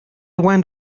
went